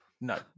No